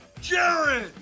Jared